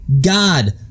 God